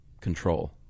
control